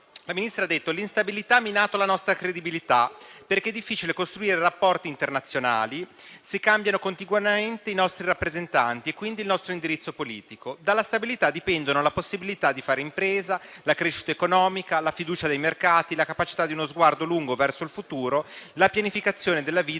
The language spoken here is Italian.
La Ministra ha detto: (…) «l'instabilità ha minato la nostra credibilità, perché è difficile costruire rapporti internazionali, se cambiano continuamente i nostri rappresentanti e, quindi, il nostro indirizzo politico. (…) Dalla stabilità dipendono la possibilità di fare impresa, la crescita economica, la fiducia dei mercati, la capacità di uno sguardo lungo verso il futuro, la pianificazione della vita